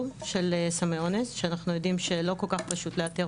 של סמי אונס שאנחנו יודעים שלא כל כך פשוט לאתר